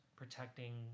protecting